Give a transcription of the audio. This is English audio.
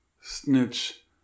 snitch